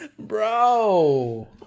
Bro